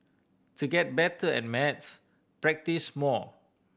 to get better at maths practise more